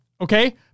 okay